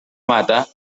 mata